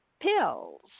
pills